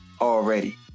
already